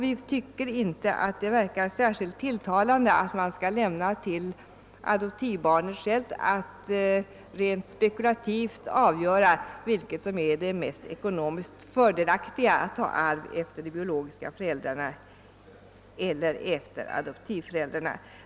Vi tycker inte att det verkar särskilt tilltalande att det skall överlåtas åt adoptivbarnet att rent spekulativt avgöra vad som är ekonomiskt mest fördelaktigt, att ta arv efter de biologiska föräldrarna eller efter adoptivföräldrarna.